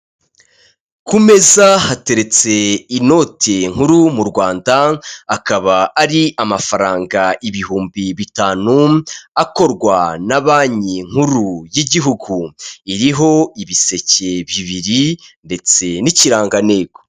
Ku meza hateretse inoti nkuru mu Rwanda akaba ari amafaranga ibihumbi bitanu akorwa na banki nkuru y'igihugu, iriho ibiseke bibiri ndetse n'ikirangantego.